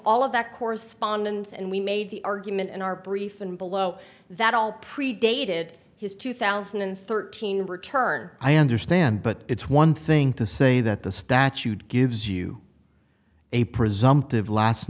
all of that correspondence and we made the argument in our brief and below that all predated his two thousand and thirteen return i understand but it's one thing to say that the statute gives you a